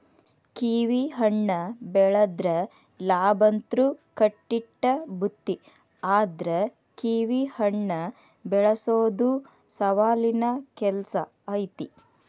ಕಿವಿಹಣ್ಣ ಬೆಳದ್ರ ಲಾಭಂತ್ರು ಕಟ್ಟಿಟ್ಟ ಬುತ್ತಿ ಆದ್ರ ಕಿವಿಹಣ್ಣ ಬೆಳಸೊದು ಸವಾಲಿನ ಕೆಲ್ಸ ಐತಿ